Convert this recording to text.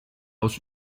aus